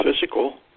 physical